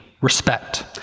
respect